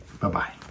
Bye-bye